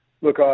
Look